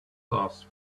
sauce